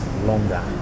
longer